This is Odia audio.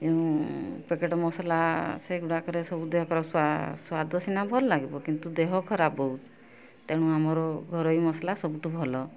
ଏଣୁ ପେକେଟ୍ ମସଲା ସେଗୁଡ଼ାକରେ ସବୁ ଦେହ ଖରାପ ସ୍ୱା ସ୍ୱାଦ ସିନା ଭଲ ଲାଗିବ କିନ୍ତୁ ଦେହ ଖରାପ ବହୁତ ତେଣୁ ଆମର ଘରୋଇ ମସଲା ସବୁଠୁ ଭଲ